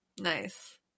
nice